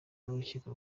n’urukiko